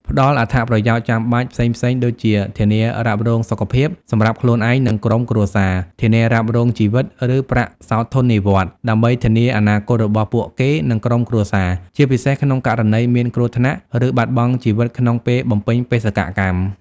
ផ្តល់អត្ថប្រយោជន៍ចាំបាច់ផ្សេងៗដូចជា ធានារ៉ាប់រងសុខភាព សម្រាប់ខ្លួនឯង និងក្រុមគ្រួសារ ធានារ៉ាប់រងជីវិត ឬ ប្រាក់សោធននិវត្តន៍ ដើម្បីធានាអនាគតរបស់ពួកគេ និងក្រុមគ្រួសារ ជាពិសេសក្នុងករណីមានគ្រោះថ្នាក់ ឬបាត់បង់ជីវិតក្នុងពេលបំពេញបេសកកម្ម។